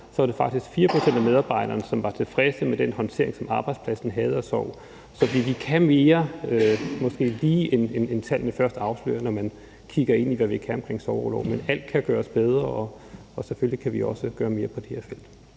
var det faktisk 4 pct. af medarbejderne, som var tilfredse med den håndtering, som arbejdspladsen havde af sorg. Så vi kan mere, end tallene måske lige først afslører, når man kigger ind i, hvad vi kan omkring sorgorlov, men alt kan gøres bedre, og selvfølgelig kan vi også gøre mere på det her felt.